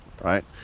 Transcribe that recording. right